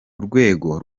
urwego